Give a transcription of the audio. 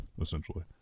essentially